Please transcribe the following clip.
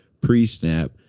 pre-snap